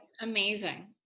amazing